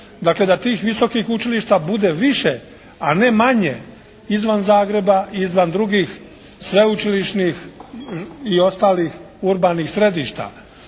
Dakle, da tih visokih učilišta bude više, a ne manje izvan Zagreba, izvan drugih sveučilišnih i ostalih urbanih središta.